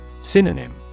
synonym